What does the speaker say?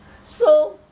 so